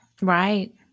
Right